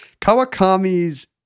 Kawakami's